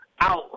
out